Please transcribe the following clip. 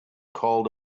called